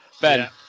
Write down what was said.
Ben